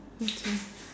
okay